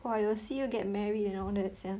!wah! it will see you get married and all that sia